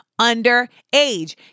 underage